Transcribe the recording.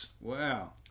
Wow